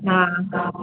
हा